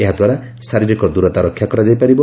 ଏହା ଦ୍ୱାରା ଶାରୀରିକ ଦୂରତା ରକ୍ଷାକରାଯାଇ ପାରିବ